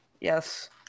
Yes